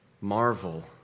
marvel